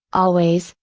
always,